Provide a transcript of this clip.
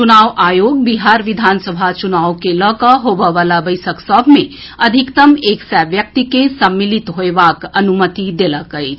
चुनाव आयोग बिहार विधानसभा चुनाव के लऽकऽ होबयवला बैसक सभ मे अधिकतम एक सय व्यक्ति के सम्मिलित होयबाक अनुमति देलक अछि